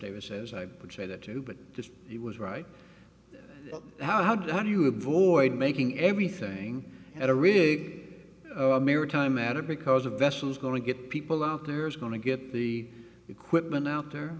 david says i would say that too but just he was right how do you avoid making everything at a rig a maritime matter because a vessel is going to get people out there is going to get the equipment out there